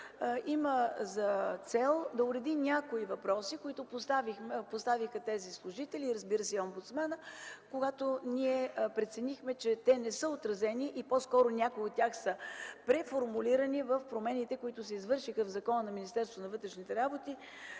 има за цел да уреди някои въпроси, които поставиха тези служители, разбира се, и омбудсманът, когато ние преценихме, че те не са отразени и по-скоро някои от тях са преформулирани в промените, които се извършиха в Закона за Министерството на вътрешните работи